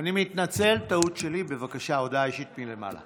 אני מתנצל, טעות שלי, בבקשה, הודעה אישית מלמעלה.